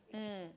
mm